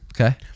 Okay